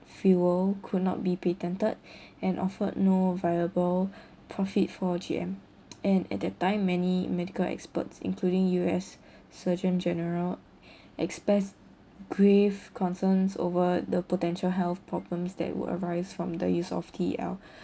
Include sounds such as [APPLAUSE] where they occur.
fuel could not be patented [BREATH] and offered no viable [BREATH] profit for G_M and at that time many medical experts including U_S surgeon general [BREATH] expressed grave concerns over the potential health problems that would arise from the use of T_E_L [BREATH]